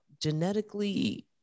genetically